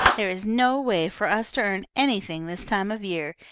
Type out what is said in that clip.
there is no way for us to earn anything this time of year.